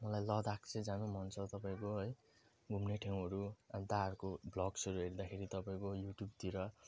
मलाई लद्दाख चाहिँ जानु मन छ तपाईँको है घुम्ने ठाउँहरू अन्त अर्को ब्लग्सहरू हेर्दाखेरि तपाईँको युट्युबतिर